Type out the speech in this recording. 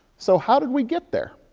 so how did we get there?